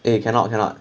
eh cannot cannot